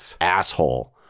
asshole